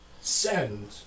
send